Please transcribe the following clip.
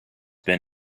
been